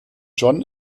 john